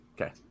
Okay